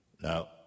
Now